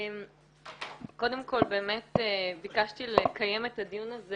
קודם כל באמת ביקשתי לקיים את הדיון הזה